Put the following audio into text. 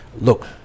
Look